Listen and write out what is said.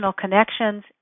connections